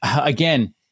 again